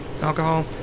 alcohol